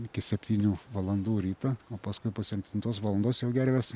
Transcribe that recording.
iki septynių valandų ryto o paskui po septintos valandos jau gervės